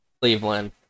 Cleveland